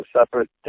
separate